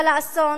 אבל האסון